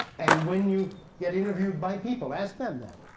and when you get interviewed by people, ask them that.